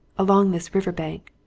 along this river bank,